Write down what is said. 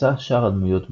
הקבוצה "שאר הדמויות בעולם"